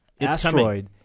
asteroid